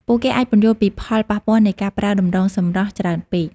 ពួកគេអាចពន្យល់ពីផលប៉ះពាល់នៃការប្រើតម្រងសម្រស់ច្រើនពេក។